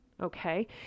Okay